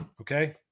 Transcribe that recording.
Okay